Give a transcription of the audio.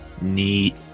neat